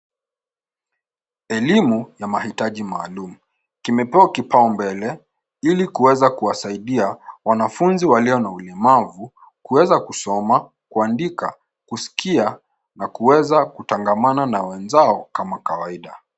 Elimu ya mahitaji maalum imepewa kipaumbele ili kuweza kuwasaidia wanafunzi walio na ulemavu kuweza kusoma, kuandika , kuskia na kuweza kutangamana na wenzao kama kawaida.